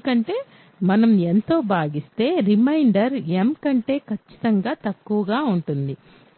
ఎందుకంటే మనం nతో భాగిస్తే రిమైండర్ m కంటే ఖచ్చితంగా తక్కువగా ఉంటుంది